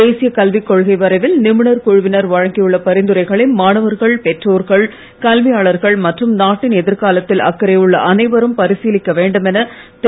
தேசிய கல்விக்கொள்கை வரைவில் நிபுணர் குழுவினர் வழங்கியுள்ள பரிந்துரைகளை மாணவர்கள் பெற்றோர்கள் கல்வியாளர்கள் மற்றும் நாட்டின் எதிர்காலத்தில் அக்கறையுள்ள அனைவரும் பரிசீலிக்க வேண்டுமென திரு